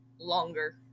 longer